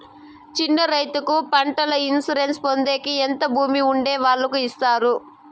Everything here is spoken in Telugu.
చిన్న రైతుకు పంటల ఇన్సూరెన్సు పొందేకి ఎంత భూమి ఉండే వాళ్ళకి ఇస్తారు?